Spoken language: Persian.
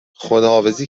خداحافظی